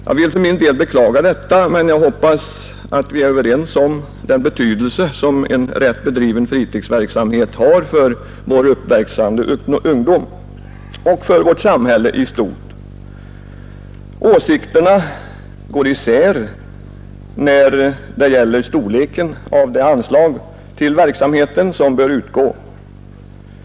Jag vill för min del beklaga detta, men jag hoppas att vi är överens om den betydelse som en rätt bedriven fritidsverksamhet har för vårt samhälle i stort. Åsikterna går isär när det gäller storleken av det anslag som bör utgå till verksamheten.